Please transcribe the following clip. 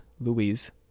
Louise